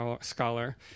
scholar